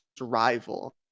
rival